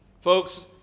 Folks